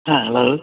ஆ hello